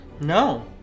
No